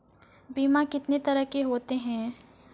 बीमा कितने तरह के होते हैं?